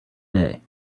day